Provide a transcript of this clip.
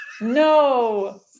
No